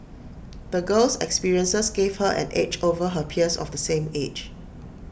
the girl's experiences gave her an edge over her peers of the same age